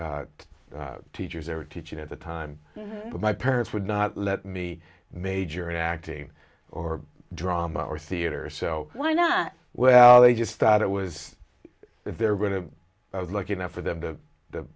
teachers are teaching at the time but my parents would not let me major in acting or drama or theater so why not well they just thought it was they're going to i was lucky enough for them to the